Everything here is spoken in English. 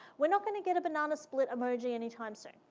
we're not gonna get a banana split emoji anytime soon.